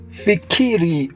fikiri